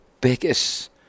biggest